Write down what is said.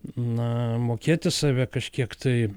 na mokėti save kažkiek tai